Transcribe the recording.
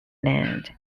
land